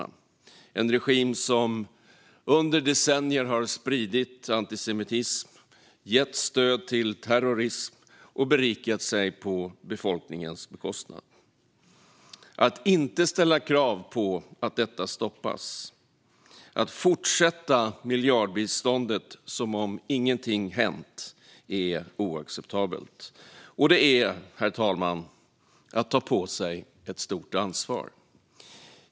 Det är en regim som under decennier har spridit antisemitism, gett stöd till terrorism och berikat sig på befolkningens bekostnad. Att inte ställa krav på att detta stoppas och att fortsätta miljardbiståndet som om ingenting hänt är oacceptabelt. Och det är, herr talman, att ta på sig ett stort ansvar.